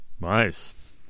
Nice